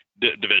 division